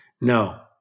No